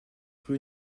rue